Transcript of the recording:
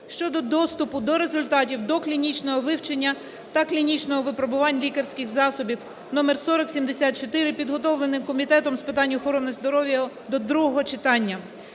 (щодо доступу до результатів доклінічного вивчення та клінічних випробувань лікарських засобів) (№ 4074), підготовлений Комітетом з питань охорони здоров'я до другого читання.